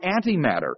antimatter